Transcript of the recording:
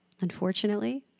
unfortunately